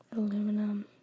Aluminum